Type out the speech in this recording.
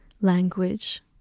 language